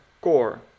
core